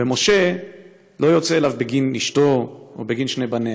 ומשה לא יוצא אליו בגין אשתו, או בגין שני בניה.